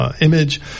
image